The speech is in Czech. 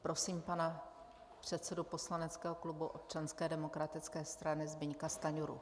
Prosím pana předsedu poslaneckého klubu Občanské demokratické strany Zbyňka Stajnuru.